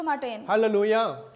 Hallelujah